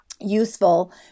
useful